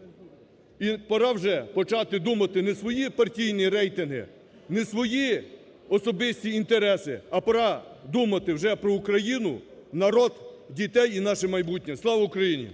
О.С. І пора вже почати думати не свої партійні рейтинги, не свої особисті інтереси, а пора думати вже про Україну, народ, дітей і наше майбутнє. Слава Україні!